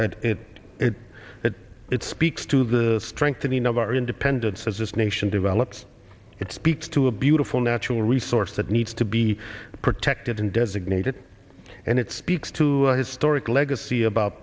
and it is that it speaks to the strengthening of our independence as this nation develops it speaks to a beautiful natural resource that needs to be protected and designated and it speaks to a historic legacy about